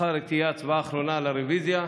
מחר תהיה הצבעה אחרונה על הרביזיה.